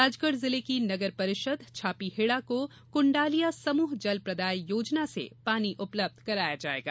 राजगढ़ जिले की नगर परिषद छापीहेड़ा को कुण्डालिया समूह जल प्रदाय योजना से पानी उपलब्ध करायो जायेगा